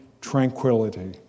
tranquility